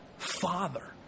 father